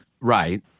Right